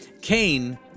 Cain